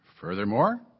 Furthermore